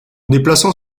déplaçant